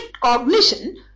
cognition